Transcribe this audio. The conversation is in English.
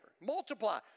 Multiply